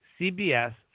CBS